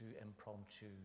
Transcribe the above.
impromptu